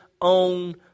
own